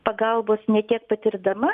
pagalbos ne tiek patirdama